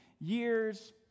years